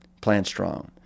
plant-strong